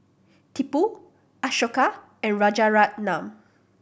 Tipu Ashoka and Rajaratnam